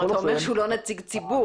כלומר אתה אומר שהוא לא נציג ציבור?